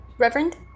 Reverend